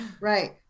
Right